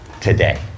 today